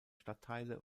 stadtteile